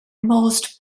most